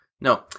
No